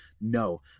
no